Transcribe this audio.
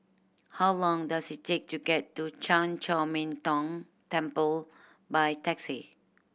how long does it take to get to Chan Chor Min Tong Temple by taxi